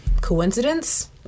Coincidence